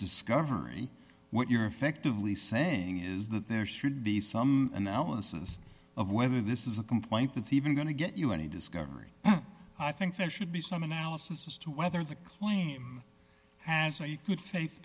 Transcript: discovery what you're effectively saying is that there should be some analysis of whether this is a complaint that's even going to get you any discovery i think there should be some analysis as to whether the claim has a good faith